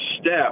step